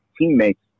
teammates